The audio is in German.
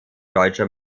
deutscher